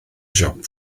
siop